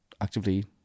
actively